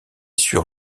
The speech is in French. sur